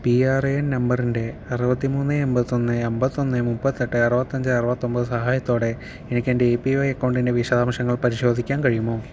P R A N നമ്പറിൻ്റെ അറുപത്തിമൂന്ന് എൺപത്തി ഒന്ന് അമ്പത്തൊന്ന് മുപ്പത്തെട്ട് അറുപത്തഞ്ച് അറുപത്തൊൻപത് സഹായത്തോടെ എനിക്ക് എൻ്റെ എപിവൈ അക്കൗണ്ടിൻ്റെ വിശദാംശങ്ങൾ പരിശോധിക്കാൻ കഴിയുമോ